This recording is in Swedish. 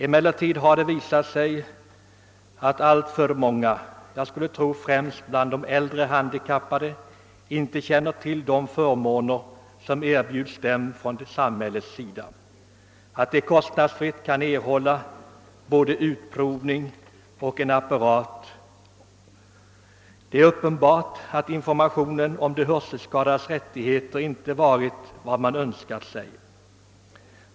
Emellertid har det visat sig att alltför många, jag skulle tro främst bland de äldre handikappade, inte känner till de förmåner som erbjuds dem från samhällets sida, t.ex. att de kostnadsfritt kan erhålla både utprovning av en apparat och själva apparaten. Det är uppenbart att informationen om de hörselskadades rättigheter inte varit vad man skulle önska.